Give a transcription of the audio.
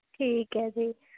ਠੀਕ ਹੈ ਜੀ